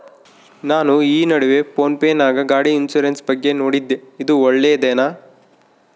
ನಾನು ಈ ನಡುವೆ ಫೋನ್ ಪೇ ನಾಗ ಗಾಡಿ ಇನ್ಸುರೆನ್ಸ್ ಬಗ್ಗೆ ನೋಡಿದ್ದೇ ಇದು ಒಳ್ಳೇದೇನಾ?